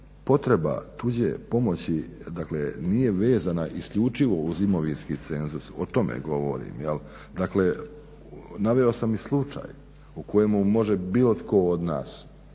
potreba tuđe pomoći dakle nije vezana isključivo uz imovinski cenzus, o tome govorim. Dakle, naveo sam i slučaj u kojemu može bilo tko od nas,